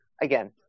again